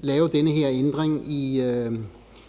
lave den her ændring i